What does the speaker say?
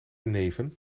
neven